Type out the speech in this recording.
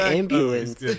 ambulance